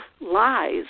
lies